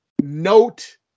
note